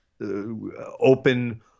open